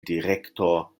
direkto